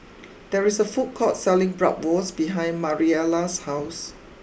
there is a food court selling Bratwurst behind Mariela's house